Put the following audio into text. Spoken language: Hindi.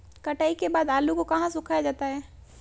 कटाई के बाद आलू को कहाँ सुखाया जाता है?